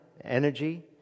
energy